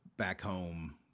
back-home